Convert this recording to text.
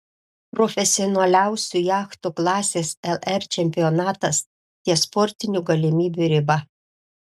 profesionaliausių jachtų klasės lr čempionatas ties sportinių galimybių riba